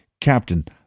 Captain